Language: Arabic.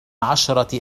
عشرة